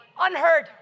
unheard